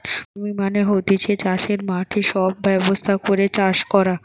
farming মানে হতিছে চাষের মাঠে সব ব্যবস্থা করে চাষ কোরে